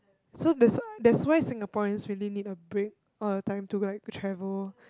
so that's why that's why Singaporeans really need a break or a time to like travel